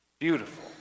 Beautiful